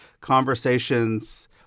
conversations